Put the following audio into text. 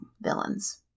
villains